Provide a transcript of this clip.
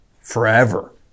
forever